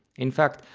in fact,